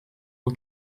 all